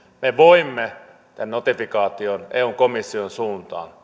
me voimme tehdä tämän notifikaation eun komission suuntaan